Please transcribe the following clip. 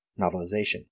Novelization